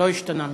לא השתנה מאז.